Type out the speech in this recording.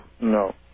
No